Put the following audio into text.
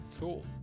cool